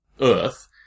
Earth